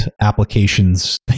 applications